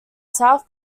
south